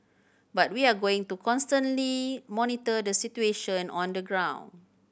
but we are going to constantly monitor the situation on the ground